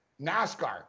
NASCAR